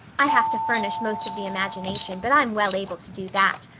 i have to furnish most of the imagination, but i'm well able to do that.